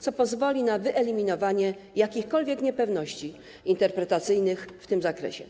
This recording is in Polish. co pozwoli na wyeliminowanie jakichkolwiek niepewności interpretacyjnych w tym zakresie.